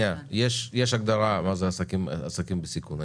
יש הגדרה מה זה עסקים בסיכון.